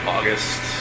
August